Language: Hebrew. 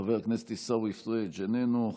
חבר הכנסת עיסאווי פריג' איננו.